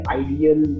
ideal